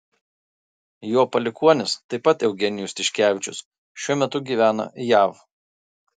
jo palikuonis taip pat eugenijus tiškevičius šiuo metu gyvena jav